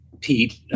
Pete